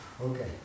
Okay